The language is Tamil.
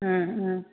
ஆ ஆ